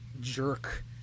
jerk